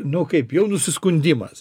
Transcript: nu kaip jau nusiskundimas